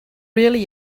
really